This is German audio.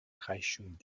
erreichung